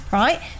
right